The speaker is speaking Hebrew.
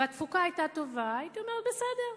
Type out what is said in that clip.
והתפוקה היתה טובה, הייתי אומרת: בסדר,